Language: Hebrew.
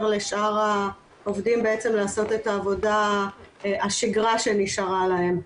לשאר העובדים לעשות את העבודה השגרה שנשארה להם.